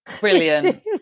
Brilliant